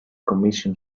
commission